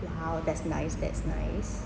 !wow! that's nice that's nice